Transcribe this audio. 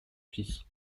fils